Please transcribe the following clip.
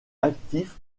actifs